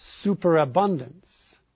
superabundance